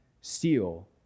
steal